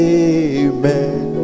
amen